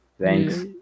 Thanks